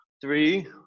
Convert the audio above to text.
Three